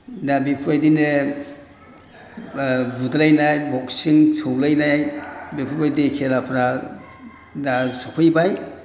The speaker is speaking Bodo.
दा बेफोरबायदिनो बुदलायनाय बक्सिं सौलायनाय बेफोरबायदि खेलाफोरा दा सफैबाय